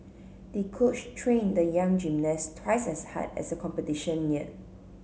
the coach trained the young gymnast twice as hard as the competition neared